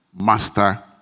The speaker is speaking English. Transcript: master